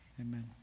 Amen